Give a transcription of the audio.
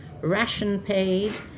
ration-paid